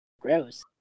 gross